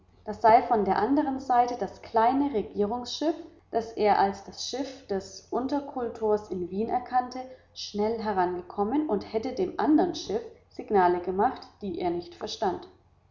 da sei von der andern seite das kleine regierungsschiff das er als das schiff des unterkultors in wien erkannte schnell herbeigekommen und hätte dem andern schiff signale gemacht die er nicht verstand